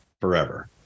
forever